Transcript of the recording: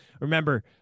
Remember